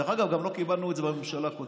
דרך אגב, גם לא קיבלנו את זה בממשלה הקודמת,